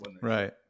Right